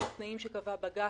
לתנאים שקבע בג"ץ,